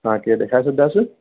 तव्हांखे ॾेखारे छॾिंदासि